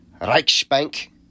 Reichsbank